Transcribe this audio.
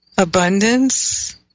Abundance